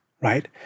right